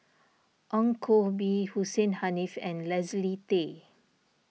Ong Koh Bee Hussein Haniff and Leslie Tay